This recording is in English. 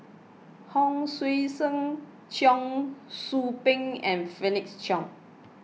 Hon Sui Sen Cheong Soo Pieng and Felix Cheong